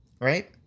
right